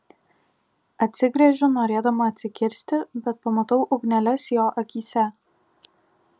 atsigręžiu norėdama atsikirsti bet pamatau ugneles jo akyse